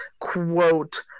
quote